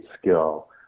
skill